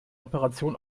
operation